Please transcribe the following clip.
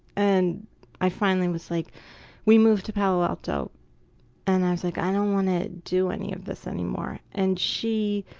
and i finally was like we moved to palo alto and i was like, i don't want to do any of this anymore. and she